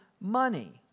money